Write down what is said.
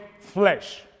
flesh